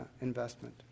investment